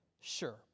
sure